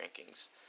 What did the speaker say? rankings